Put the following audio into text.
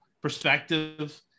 perspective